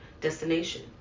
destination